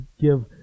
give